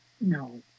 No